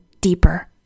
deeper